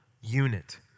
unit